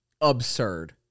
absurd